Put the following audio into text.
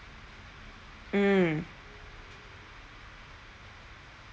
mm